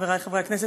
חברי חברי הכנסת.